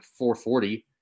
440